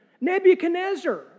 Nebuchadnezzar